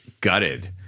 gutted